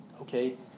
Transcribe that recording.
okay